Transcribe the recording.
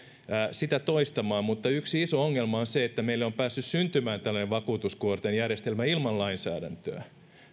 sitä toistamaan mutta yksi iso ongelma on se että meille on päässyt syntymään tällainen vakuutuskuorten järjestelmä ilman lainsäädäntöä